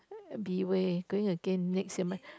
be way going again next year meh